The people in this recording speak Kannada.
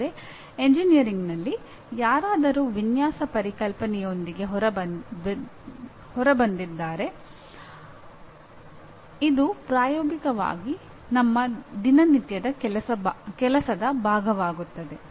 ಆದರೆ ಎಂಜಿನಿಯರಿಂಗ್ನಲ್ಲಿ ಯಾರಾದರೂ ವಿನ್ಯಾಸ ಪರಿಕಲ್ಪನೆಯೊಂದಿಗೆ ಹೊರಬಂದಿದ್ದಾರೆ ಇದು ಪ್ರಾಯೋಗಿಕವಾಗಿ ನಮ್ಮ ದಿನನಿತ್ಯದ ಕೆಲಸದ ಭಾಗವಾಗುತ್ತದೆ